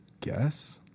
guess